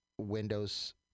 windows